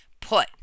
put